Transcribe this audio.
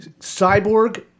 Cyborg